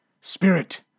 Spirit